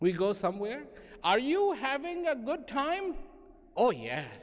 we go somewhere are you having a good time oh ye